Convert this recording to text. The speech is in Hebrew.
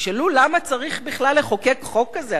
תשאלו למה צריך בכלל לחוקק חוק כזה,